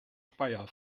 speyer